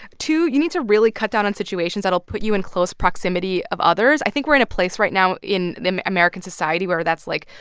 two, you need to really cut down on situations that'll put you in close proximity of others. i think we're in a place right now in american society where that's, like,